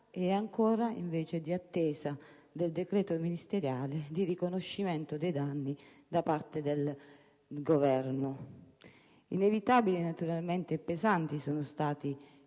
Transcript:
è ancora in attesa del decreto ministeriale di riconoscimento dei danni da parte del Governo. Inevitabili, naturalmente, e pesanti sono stati